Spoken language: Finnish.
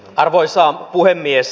arvoisa puhemies